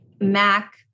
MAC